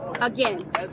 again